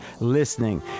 listening